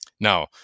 Now